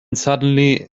suddenly